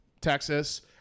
Texas